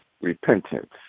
repentance